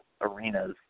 arenas